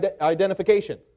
identification